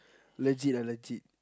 legit ah legit